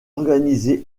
organisé